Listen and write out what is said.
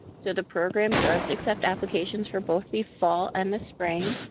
so the program does accept applications for both the fall and the spring.